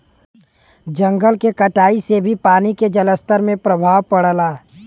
जंगल के कटाई से भी पानी के जलस्तर में प्रभाव पड़ला